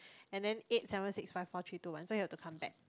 and then eight seven six five four three two one so you have to come back